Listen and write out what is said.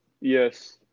yes